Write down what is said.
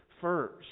first